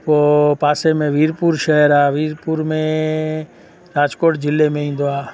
पोइ पासे में वीरपुर शहर आहे वीरपुर में राजकोट ज़िले में ईंदो आहे